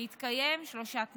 בהתקיים שלושה תנאים: